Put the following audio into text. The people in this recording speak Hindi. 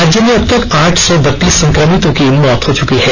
राज्य में अब तक आठ सौ बत्तीस संक्रमितों की मौत हो चुकी है